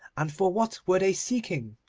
and for what were they seeking